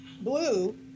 blue